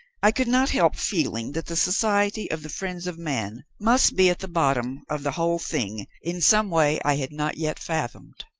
i could not help feeling that the society of the friends of man must be at the bottom of the whole thing in some way i had not yet fathomed.